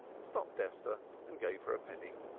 stopped esther and gave her a penny.